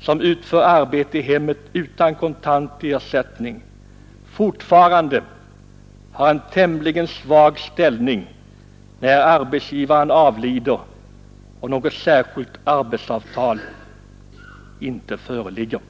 som utför arbete i hemmet utan kontant ersättning fortfarande har en tämligen svag ställning, när arbetsgivaren avlider och något särskilt arbetsavtal inte är upprättat.